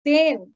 Ten